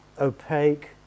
opaque